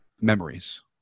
memories